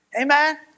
Amen